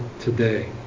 today